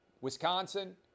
Wisconsin